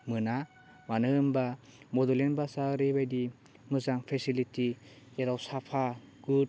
मोना मानो होमबा बड'लेण्ड बासया ओरैबादि मोजां पेचिलिटि जेराव साफा गुड